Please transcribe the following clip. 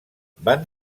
van